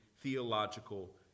theological